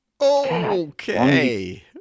Okay